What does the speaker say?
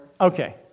Okay